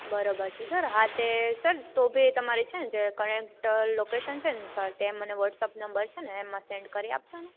બરોબર છે સર હાં તે સર તો ભૈ તમારે સે ને કરંટ લોકેશણ છે ને તેમજ વ્હોટ્સઅપ નંબર છે ને એમાં સેન્ડ કરી આપજોને